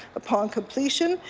upon completion,